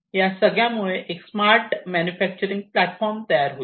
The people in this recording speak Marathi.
या सगळ्यामुळे एक स्मार्ट मॅन्युफॅक्चरिंग प्लॅटफॉर्म तयार होईल